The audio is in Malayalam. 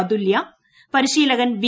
അതുല്യ പരിശീലകൻ വി